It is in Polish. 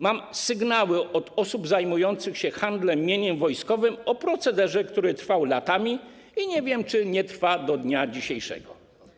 Mam sygnały od osób zajmujących się handlem mieniem wojskowym o procederze, który trwał latami, i nie wiem, czy nie trwa do dnia dzisiejszego.